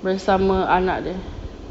bersama anak dia